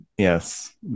Yes